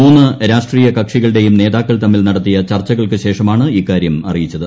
മൂന്ന് രാഷ്ട്രീയ കക്ഷികളുടെയും നേതാക്കൾ തമ്മിൽ നടത്തിയ ചർച്ചകൾക്ക് ശേഷമാണ് ഇക്കാര്യം അറിയിച്ചത്